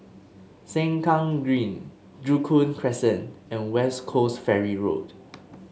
Sengkang Green Joo Koon Crescent and West Coast Ferry Road